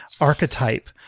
archetype